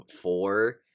four